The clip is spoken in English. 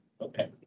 Okay